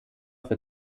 für